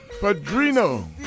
Padrino